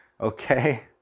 Okay